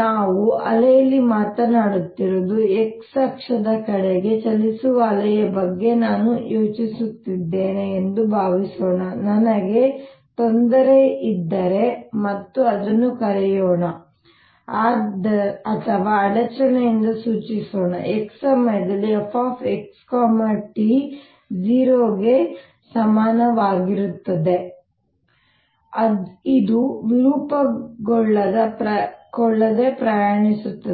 ನಾವು ಅಲೆಯಲ್ಲಿ ಮಾತನಾಡುತ್ತಿರುವುದು x ಅಕ್ಷದ ಕಡೆಗೆ ಚಲಿಸುವ ಅಲೆಯ ಬಗ್ಗೆ ನಾನು ಯೋಚಿಸುತ್ತಿದ್ದೇನೆ ಎಂದು ಭಾವಿಸೋಣ ನನಗೆ ತೊಂದರೆಯಿದ್ದರೆ ಮತ್ತು ಅದನ್ನು ಕರೆಯೋಣ ಅಥವಾ ಅಡಚಣೆಯಿಂದ ಸೂಚಿಸೋಣ x ಸಮಯದಲ್ಲಿ fx t 0 ಗೆ ಸಮಾನವಾಗಿರುತ್ತದೆ ಇದು ವಿರೂಪಗೊಳ್ಳದೆ ಪ್ರಯಾಣಿಸುತ್ತದೆ